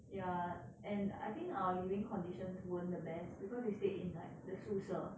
ya and I think our living conditions weren't the best because we stayed in like the 宿舍